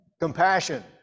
Compassion